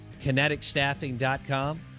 Kineticstaffing.com